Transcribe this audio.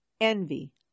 envy